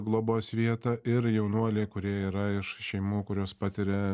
globos vietą ir jaunuoliai kurie yra iš šeimų kurios patiria